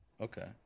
okay